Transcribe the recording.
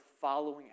following